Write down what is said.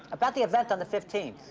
about the event on the fifteen,